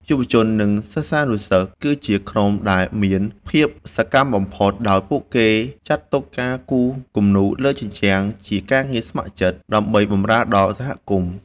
យុវជន និងសិស្សានុសិស្ស គឺជាក្រុមដែលមានភាពសកម្មបំផុត ដោយពួកគេចាត់ទុកការគូរគំនូរលើជញ្ជាំងជាការងារស្ម័គ្រចិត្តដើម្បីបម្រើដល់សហគមន៍។